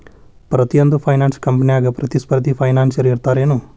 ಪ್ರತಿಯೊಂದ್ ಫೈನಾನ್ಸ ಕಂಪ್ನ್ಯಾಗ ಪ್ರತಿಸ್ಪರ್ಧಿ ಫೈನಾನ್ಸರ್ ಇರ್ತಾರೆನು?